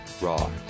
raw